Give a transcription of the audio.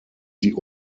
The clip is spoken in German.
sie